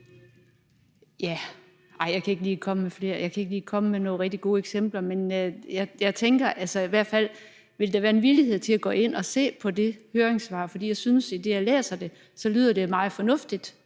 Nej, jeg kan ikke lige komme med nogle rigtig gode eksempler, men ville der være en villighed til at gå ind og se på det høringssvar? For jeg synes, at det, idet jeg læser det, lyder meget fornuftigt,